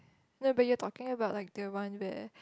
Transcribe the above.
no but you're talking about like the one where